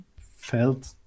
felt